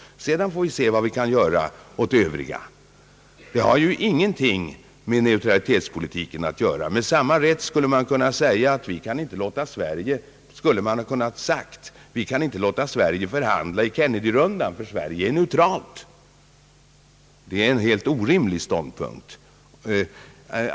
Sedan får vi se vad vi kan göra åt de övriga. Detta har ingenting med neutralitetspolitiken att göra. Med samma rätt skulle man kunnat säga: »Vi kan inte låta Sverige förhandla i Kennedyrundan, ty Sverige är neutralt.« Det är en helt orimlig ståndpunkt.